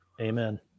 Amen